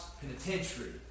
penitentiary